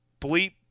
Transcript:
bleep